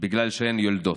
בגלל שהן יולדות.